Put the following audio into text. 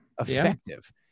effective